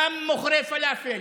גם מוכרי פלאפל,